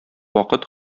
вакыт